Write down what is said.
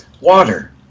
water